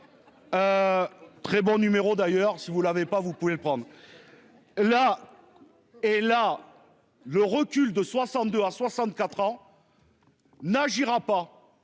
Très bon numéro d'ailleurs si vous l'avez pas, vous pouvez le prendre. La. Et là, le recul de 62 à 64 ans. N'agira pas